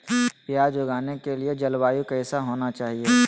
प्याज उगाने के लिए जलवायु कैसा होना चाहिए?